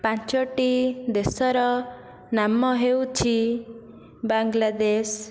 ପାଞ୍ଚୋଟି ଦେଶର ନାମ ହେଉଛି ବାଂଲାଦେଶ